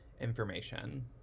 information